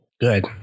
Good